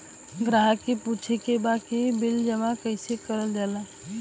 ग्राहक के पूछे के बा की बिल जमा कैसे कईल जाला?